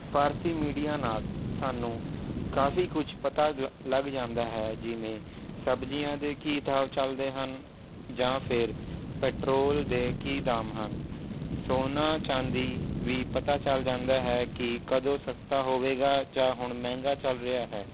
ਭਾਰਤੀ media ਨਾਲ ਸਾਨੂੰ ਕਾਫੀ ਕੁਛ ਪਤਾ ਲੱਗ ਲੱਗ ਜਾਂਦਾ ਹੈ ਜਿਵੇਂ ਸਬਜ਼ੀਆਂ ਦੇ ਕੀ ਦਾਮ ਚੱਲਦੇ ਹਨ ਜਾਂ ਫਿਰ ਪੈਟਰੋਲ ਦੇ ਕੀ ਦਾਮ ਹਨ ਸੋਨਾ ਚਾਂਦੀ ਵੀ ਪਤਾ ਚੱਲ ਜਾਂਦਾ ਹੈ ਕਿ ਕਦੋਂ ਸਸਤਾ ਹੋਵੇਗਾ ਜਾਂ ਹੁਣ ਮਹਿੰਗਾ ਚੱਲ ਰਿਹਾ ਹੈ